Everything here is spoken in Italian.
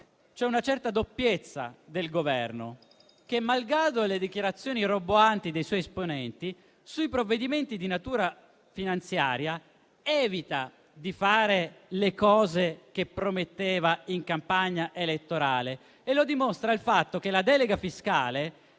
c'è una certa doppiezza del Governo che malgrado le dichiarazioni roboanti dei suoi esponenti, sui provvedimenti di natura finanziaria evita di fare le cose che prometteva in campagna elettorale. Lo dimostra il fatto che la delega fiscale